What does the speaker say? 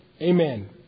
Amen